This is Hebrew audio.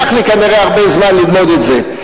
ייקח לי, כנראה, הרבה זמן ללמוד את זה.